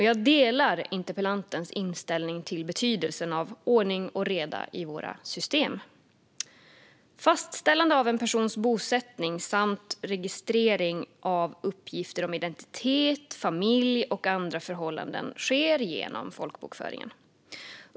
Jag delar interpellantens inställning till betydelsen av ordning och reda i våra system. Fastställande av en persons bosättning samt registrering av uppgifter om identitet, familj och andra förhållanden sker genom folkbokföringen.